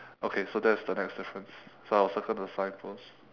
okay so that's the next difference so I'll circle the signpost